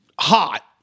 hot